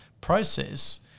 process